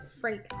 break